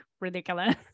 ridiculous